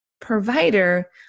provider